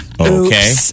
Okay